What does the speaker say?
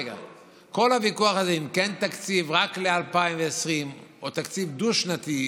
אם כן תקציב רק ל-2020 או תקציב דו-שנתי,